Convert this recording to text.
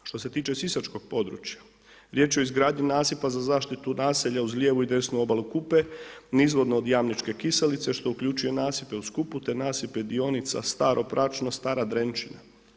Što se tiče sisačkog područja riječ je o izgradnji nasipa za zaštitu naselja uz lijevu i desnu obalu Kupe nizvodno od Jamničke Kiselice, što uključuje nasipe uz Kupu te nasipe dionica Staro Pračno, Stara Drenčina.